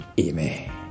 Amen